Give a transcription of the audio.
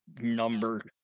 number